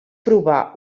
provar